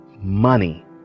money